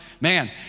man